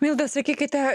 milda sakykite